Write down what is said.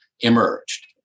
emerged